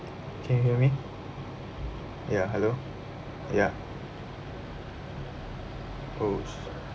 can you hear me ya hello ya oh sh~